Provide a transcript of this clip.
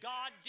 God